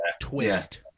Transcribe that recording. twist